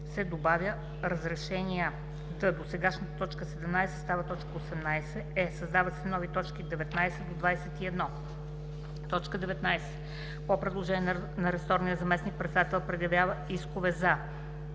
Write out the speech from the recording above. се добавя „разрешения“; д) досегашната т. 17 става т. 18; е) създават се нови точки 19-21: „19. по предложение на ресорния заместник-председател предявява искове за: